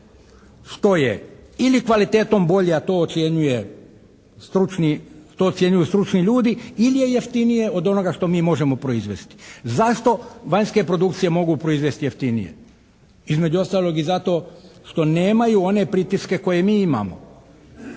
što je ili kvalitetom bolje, a to ocjenjuju stručni ljudi ili je jeftinije od onoga što mi možemo proizvesti. Zašto vanjske produkcije mogu proizvesti jeftinije? Između ostalog i zato što nemaju one pritiske koje mi imamo.